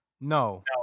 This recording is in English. No